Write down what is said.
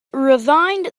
resigned